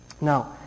Now